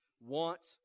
want